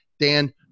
Dan